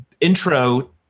intro